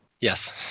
Yes